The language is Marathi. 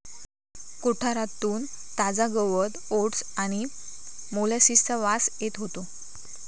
कोठारातून ताजा गवत ओट्स आणि मोलॅसिसचा वास येत होतो